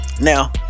Now